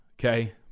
Okay